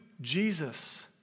Jesus